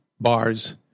bars